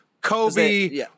Kobe